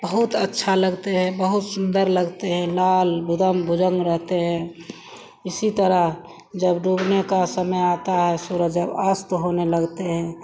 बहुत अच्छा लगते हैं बहुत सुन्दर लगते हैं लाल बुदन्ग भुजन्ग रहते हैं इसी तरह जब डूबने का समय आता है सूरज जब अस्त होने लगते हैं